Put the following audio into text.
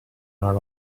are